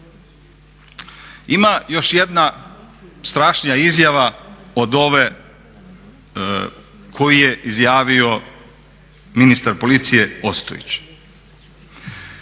Ima još jedna strašnija izjava od ove koju je izjavio ministar policije Ostojić,